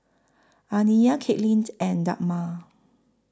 Aniyah Katelyn and Dagmar